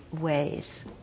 ways